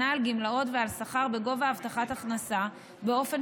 הגנה על גמלאות ועל שכר בגובה הבטחת הכנסה באופן